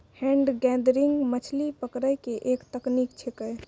hand gathering मछली पकड़ै के एक तकनीक छेकै